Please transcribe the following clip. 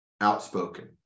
outspoken